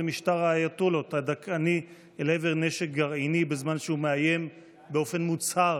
משטר האייתוללות הדכאני אל עבר נשק גרעיני בזמן שהוא מאיים באופן מוצהר